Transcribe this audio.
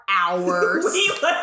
hours